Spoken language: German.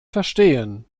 verstehen